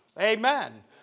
Amen